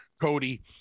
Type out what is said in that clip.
Cody